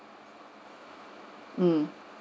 mm